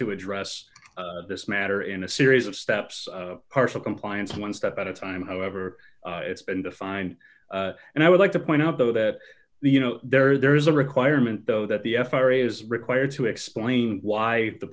to address this matter in a series of steps partial compliance one step at a time however it's been defined and i would like to point out though that the you know there is there is a requirement though that the f r a is required to explain why the